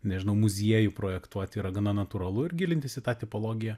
nežinau muziejų projektuoti yra gana natūralu ir gilintis į tą tipologiją